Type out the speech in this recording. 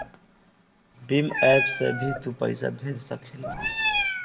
Bhim app से भी तू पईसा भेज सकेला